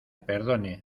perdone